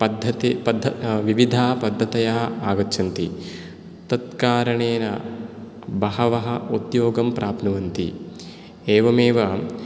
पद्धते पद्ध विविधाः पद्धतयः आगच्छन्ति तत्कारणेन बहवः उद्योगं प्राप्नुवन्ति एवमेव